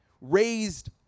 raised